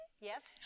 Yes